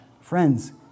Friends